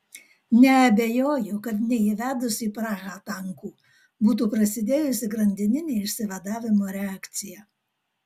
neabejoju kad neįvedus į prahą tankų būtų prasidėjusi grandininė išsivadavimo reakcija